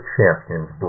Champions